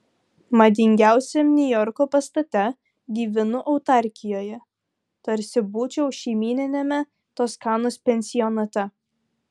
madingiausiam niujorko pastate gyvenu autarkijoje tarsi būčiau šeimyniniame toskanos pensionate